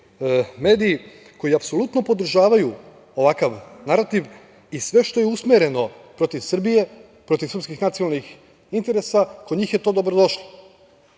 mediji koji apsolutno podržavaju ovakav narativ i sve što je usmereno protiv Srbije, protiv srpskih nacionalnih interesa, kod njih je to dobro došlo. Videli